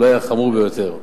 אולי החמור ביותר.